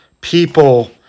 people